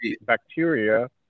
bacteria